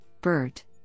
BERT